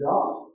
God